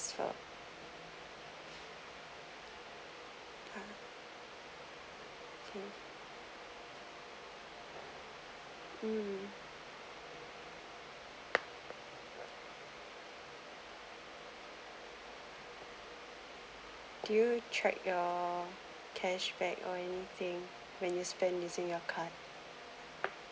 um do you check your cashback or anything when you spend using your card